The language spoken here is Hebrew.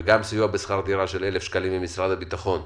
וגם על סיוע בשכר דירה של 1,000 שקלים ממשרד הביטחון,